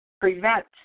prevent